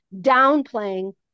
downplaying